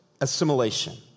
assimilation